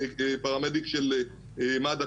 פרמדיק של מד"א,